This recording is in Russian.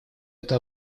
это